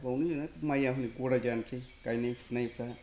दा बावनो माइया हनै गदाय जानोसै गायनाय फुनायफ्रा